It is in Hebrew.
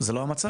זה לא המצב.